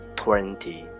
twenty